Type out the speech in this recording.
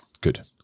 Good